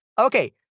okay